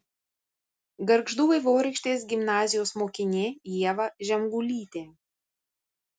gargždų vaivorykštės gimnazijos mokinė ieva žemgulytė